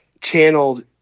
channeled